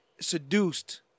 seduced